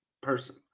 person